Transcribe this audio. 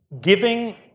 giving